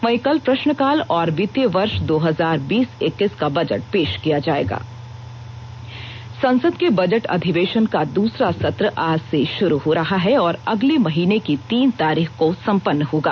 वहीं कल प्रश्नकाल और वित्तीय वर्ष दो हजार बीस इक्कीस का बजट पेश किया जाए संसद के बजट अधिवेशन का दूसरा सत्र आज से शुरू हो रहा है और अगले महीने की तीन तारीख को सम्पन्न होगा